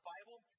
Bible